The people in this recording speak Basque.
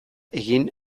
egin